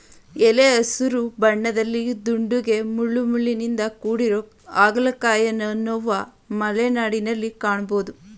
ಎಲೆ ಹಸಿರು ಬಣ್ಣದಲ್ಲಿ ದುಂಡಗೆ ಮುಳ್ಳುಮುಳ್ಳಿನಿಂದ ಕೂಡಿರೊ ಹಾಗಲಕಾಯಿಯನ್ವನು ಮಲೆನಾಡಲ್ಲಿ ಕಾಣ್ಬೋದು